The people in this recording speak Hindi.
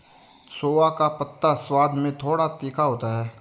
सोआ का पत्ता स्वाद में थोड़ा तीखा होता है